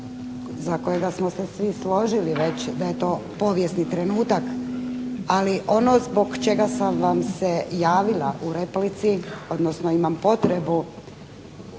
za kojega smo se svi složili već da je to povijesni trenutak, ali ono zbog čega sam vam se javila u replici, odnosno imam potrebu